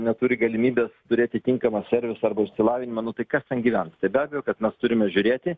neturi galimybės turėti tinkamą servisą arba išsilavinimą nu tai kas ten gyvens tai be abejo kad mes turime žiūrėti